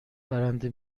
برنده